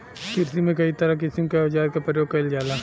किरसी में कई किसिम क औजार क परयोग कईल जाला